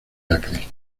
acre